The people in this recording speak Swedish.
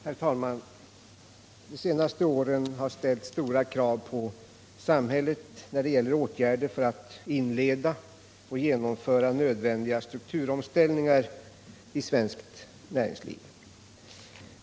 Herr talman! De senaste åren har ställt stora krav på samhället när det gäller åtgärder för att inleda och genomföra nödvändiga strukturomställningar i svenskt näringsliv.